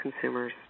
consumers